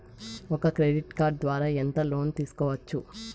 ఒక credit card ద్వారా ఎంత లోను తీసుకోవచ్చు?